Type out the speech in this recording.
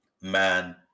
man